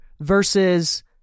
versus